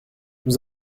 nous